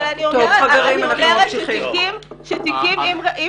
אבל אני אומרת שתיקים --- חברים,